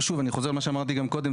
ושוב אני חזור על מה שאמרתי גם קודם,